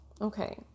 Okay